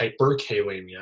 hyperkalemia